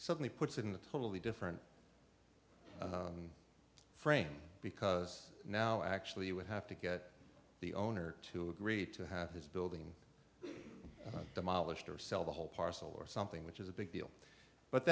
suddenly puts it in a totally different frame because now actually you would have to get the owner to agree to have his building demolished or sell the whole parcel or something which is a big deal but